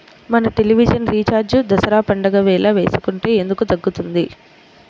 మన television recharge Dasara పండగ వేళ వేసుకుంటే ఎందుకు తగ్గుతుంది?